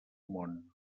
món